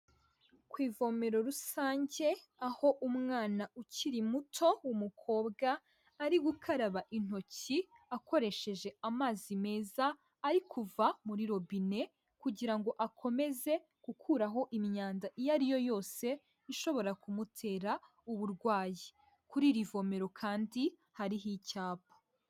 Ku ivomero rusange aho umwana ukiri muto w'umukobwa ari gukaraba intoki akoresheje amazi meza ari kuva muri robine kugira ngo akomeze gukuraho imyanda iyo ari yo yose ishobora kumutera uburwayi, kuri iri vomero kandi hariho icyapa.